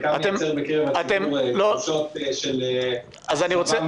גם מצג שווא כלפי הציבור לגבי מה שהממשלה הולכת לעשות,